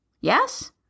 Yes